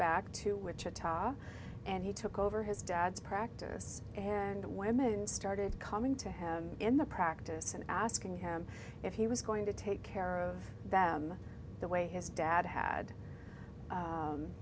back to wichita and he took over his dad's practice and women started coming to have in the practice and asking him if he was going to take care of them the way his dad had